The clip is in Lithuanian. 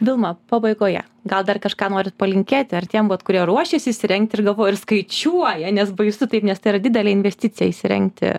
vilma pabaigoje gal dar kažką norit palinkėti ar tiem va kurie ruošiasi įsirengti ir galvoja ir skaičiuoja nes baisu taip nes tai yra didelė investicija įsirengti